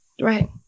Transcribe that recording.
right